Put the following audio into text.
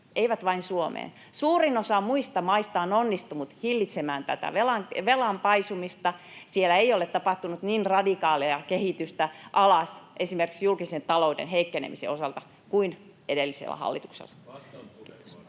eivät vain Suomeen — suurin osa muista maista on onnistunut hillitsemään velan paisumista. Siellä ei ole tapahtunut niin radikaalia kehitystä alas esimerkiksi julkisen talouden heikkenemisen osalta kuin edellisellä hallituksella.